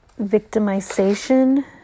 victimization